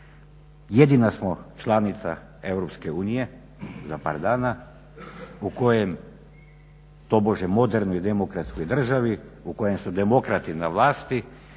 jedina smo članica Europske unije za par dana, tobože modernoj demokratskoj državi u kojem su demokrati na vlasti,